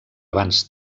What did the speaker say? avanç